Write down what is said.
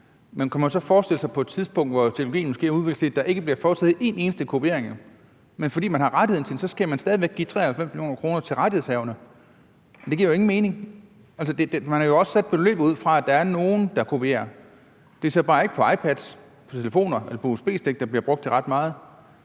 Men kunne man så forestille sig, at der på et tidspunkt, hvor teknologien måske har udviklet sig, ikke bliver foretaget en eneste kopiering, men fordi man har rettigheden til det, skal man stadig væk give 93 mio. kr. til rettighedshaverne? Det giver jo ingen mening. Altså, man har jo også sat beløbet ud fra, at der er nogen, der kopierer. Det er så bare ikke iPads, telefoner eller usb-stik, der bliver brugt til ret meget.